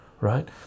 right